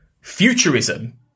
futurism